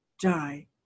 die